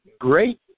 great